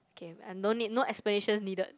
okay uh no need no explanation needed